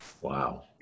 Wow